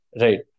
right